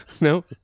No